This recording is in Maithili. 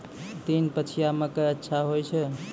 तीन पछिया मकई अच्छा होय छै?